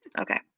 okay,